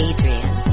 Adrian